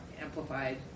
amplified